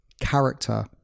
character